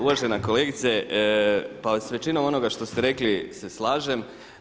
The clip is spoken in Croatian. Uvažena kolegice pa s većinom onoga što ste rekli se slažem.